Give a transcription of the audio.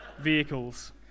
vehicles